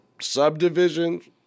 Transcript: subdivisions